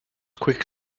quick